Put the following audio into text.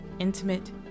intimate